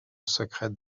secrète